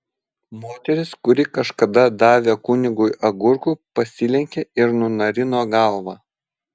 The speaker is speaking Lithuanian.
moteris kuri kažkada davė kunigui agurkų pasilenkė ir nunarino galvą